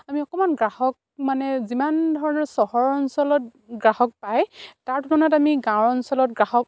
আমি অকমান গ্ৰাহক মানে যিমান ধৰণৰ চহৰ অঞ্চলত গ্ৰাহক পায় তাৰ তুলনাত আমি গাঁও অঞ্চলত গ্ৰাহক